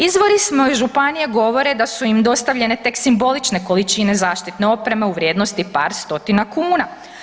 Izvori iz moje županije govore da su im dostavljene tek simbolične količine zaštitne opreme u vrijednosti par stotina kuna.